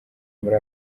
muri